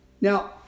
Now